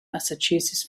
massachusetts